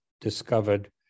discovered